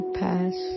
pass